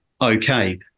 Okay